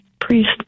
priest